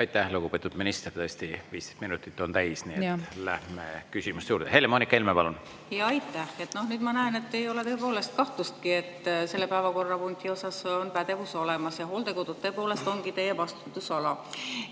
Aitäh, lugupeetud minister! Tõesti, 15 minutit on täis, nii et läheme küsimuste juurde. Helle-Moonika Helme, palun! Jaa, aitäh! Nüüd ma näen, et ei ole tõepoolest kahtlustki, et selle päevakorrapunkti osas on pädevus olemas ja hooldekodud tõepoolest ongi teie vastutusala.